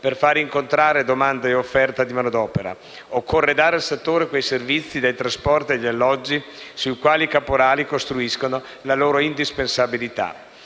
per far incontrare domanda e offerta di manodopera. Occorre dare al settore quei servizi - dai trasporti, agli alloggi - su cui i caporali costruiscono la loro indispensabilità.